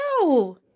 No